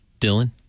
Dylan